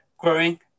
growing